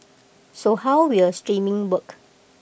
so how will streaming work